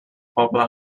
poble